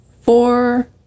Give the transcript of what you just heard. four